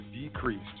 decreased